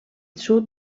sud